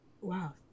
Wow